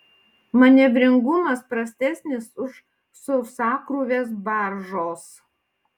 manevringumas prastesnis už sausakrūvės baržos